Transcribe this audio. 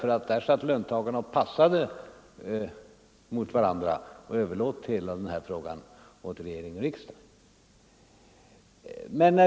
Löntagarorganisationerna satt och passade gentemot varandra och överlät hela frågan till regering och riksdag.